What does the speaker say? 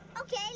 Okay